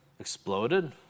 exploded